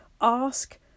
ask